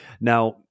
Now